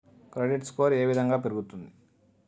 Credit score ఏ విధంగా పెరుగుతుంది?